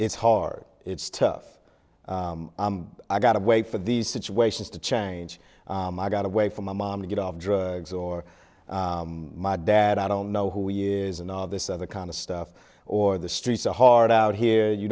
it's hard it's tough i got to wait for these situations to change i got away from my mom to get off drugs or my dad i don't know who years and all this other kind of stuff or the streets are hard out here you